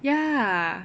ya